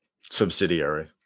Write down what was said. Subsidiary